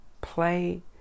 play